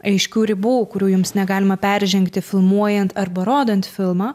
aiškių ribų kurių jums negalima peržengti filmuojant arba rodant filmą